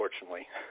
unfortunately